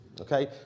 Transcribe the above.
Okay